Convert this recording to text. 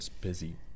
busy